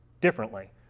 differently